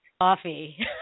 coffee